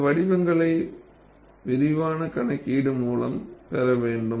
இந்த வடிவங்களை விரிவான கணக்கீடு மூலம் பெற வேண்டும்